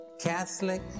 Catholic